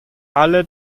alle